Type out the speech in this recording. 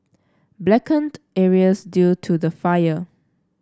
blackened areas due to the fire